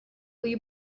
will